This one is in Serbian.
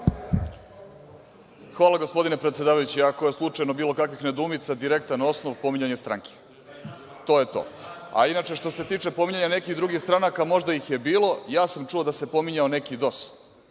Hvala, gospodine predsedavajući. Ako je slučajno bilo kakvih nedoumica, direktan osnov – pominjanje stranke. To je to. Inače, što se tiče pominjanja nekih drugih stranaka, možda ih je bilo, ali ja sam čuo da se pominjao neki DOS.